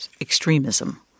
extremism